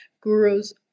Gurus